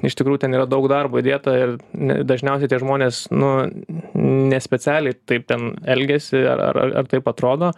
iš tikrųjų ten yra daug darbo įdėta ir ne dažniausiai tie žmonės nu ne specialiai taip ten elgiasi ar ar taip atrodo